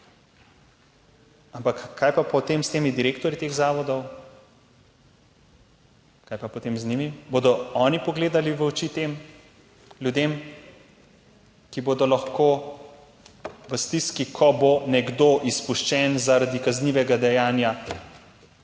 Ampak kaj pa potem s temi direktorji teh zavodov? Kaj pa potem z njimi? Bodo oni pogledali v oči tem ljudem, ki bodo lahko v stiski, ko bo nekdo izpuščen zaradi kaznivega dejanja,